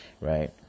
right